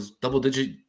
double-digit